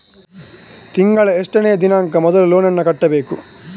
ತಿಂಗಳ ಎಷ್ಟನೇ ದಿನಾಂಕ ಮೊದಲು ಲೋನ್ ನನ್ನ ಕಟ್ಟಬೇಕು?